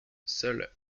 seules